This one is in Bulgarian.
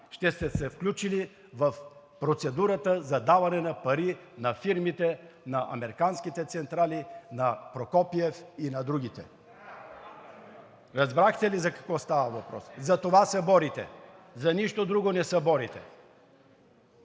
Ще сте се включили в процедурата за даване на пари на фирмите на Американските централи, на Прокопиев и на другите (реплика от ГЕРБ-СДС: „А така!“), разбрахте ли за какво става въпрос? За това се борите, за нищо друго не се борите.